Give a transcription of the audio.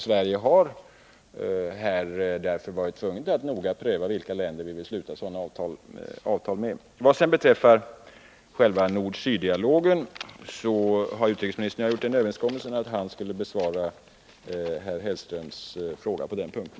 Sverige har av den anledningen varit tvunget att noga pröva vilka länder vi vill sluta avtal med. Vad sedan beträffar själva nord-syddialogen har utrikesministern och jag gjort den överenskommelsen att han skall besvara herr Hellströms fråga på den punkten.